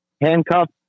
handcuffed